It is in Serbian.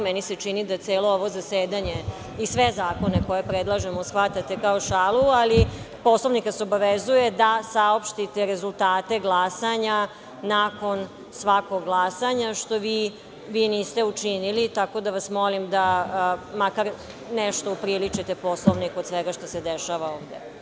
Meni se čini da celo ovo zasedanje i sve zakone koje predlažemo shvatate kao šalu, ali Poslovnik vas obavezuje da saopštite rezultate glasanja nakon svakog glasanja, što vi niste učinili, tako da vas molim da makar nešto upriličite Poslovniku od svega što se dešava ovde.